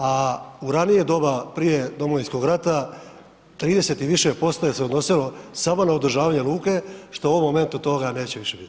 A u ranije doba, prije Domovinskog rata, 30 i više posto je se odnosilo samo na održavanje luke što u ovom momentu toga neće više biti.